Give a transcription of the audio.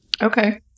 Okay